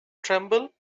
tremble